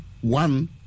one